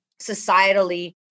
societally